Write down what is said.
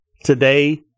Today